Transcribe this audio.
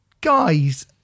guys